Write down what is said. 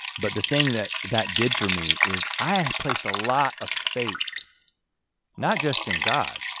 but the thing that that did for me is i had placed a lot of faith not just in god,